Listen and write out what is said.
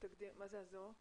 ב-זום.